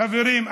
חברים,